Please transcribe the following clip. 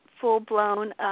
full-blown